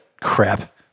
crap